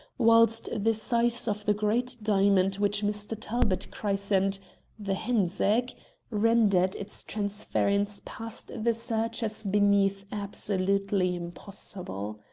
whilst the size of the great diamond which mr. talbot christened the hen's egg rendered its transference past the searchers beneath absolutely impossible.